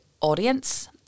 audience